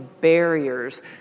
barriers